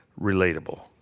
relatable